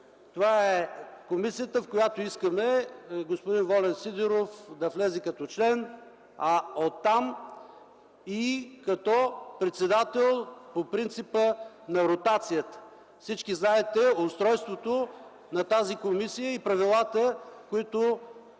Това е комисията, в която искаме господин Волен Сидеров да влезе като член, а оттам и като председател по принципа на ротацията. Всички знаете устройството на тази комисия и правилата, които